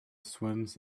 swims